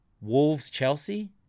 Wolves-Chelsea